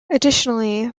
additionally